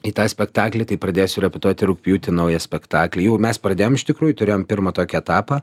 į tą spektaklį tai pradėsiu repetuoti rugpjūtį naują spektaklį jau mes pradėjom iš tikrųjų turėjom pirmą tokį etapą